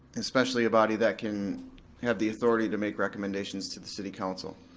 especially a body that can have the authority to make recommendations to the city council.